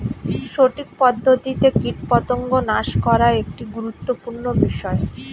সঠিক পদ্ধতিতে কীটপতঙ্গ নাশ করা একটি গুরুত্বপূর্ণ বিষয়